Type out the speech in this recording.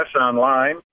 online